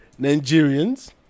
nigerians